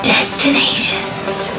Destinations